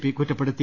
P കുറ്റപ്പെടുത്തി